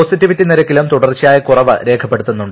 positivity നിരക്കിലും തുടർച്ചയായ കുറവ് രേഖപ്പെടുത്തുന്നുണ്ട്